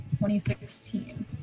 2016